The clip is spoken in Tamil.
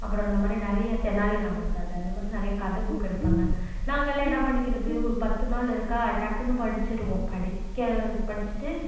அப்புறோம் இந்தமாதிரி நிறைய தென்னாலி ராமன் கதை அந்தமாதிரி நிறைய கதை புக் எடுப்பாங்க நாங்களாம் என்ன பண்ணிக்கிறது ஒரு பத்து நாலு இருக்கா டக்குனு படிச்சிடுவோம் படிக்கிறது படிச்சிட்டு